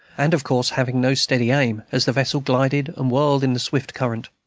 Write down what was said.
and of course having no steady aim, as the vessel glided and whirled in the swift current.